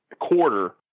quarter